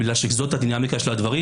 בגלל שזאת הדינמיקה של הדברים.